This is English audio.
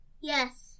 Yes